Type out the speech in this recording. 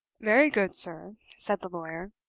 very good, sir, said the lawyer,